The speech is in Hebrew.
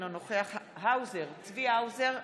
אינו נוכח צבי האוזר,